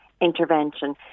intervention